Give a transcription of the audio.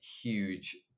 huge